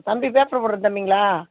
தம்பி பேப்பர் போடுற தம்பிங்களா